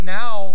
now